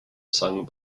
sung